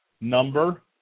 number